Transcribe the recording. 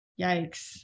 yikes